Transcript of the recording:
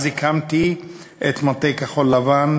אז הקמתי את מטה כחול-לבן,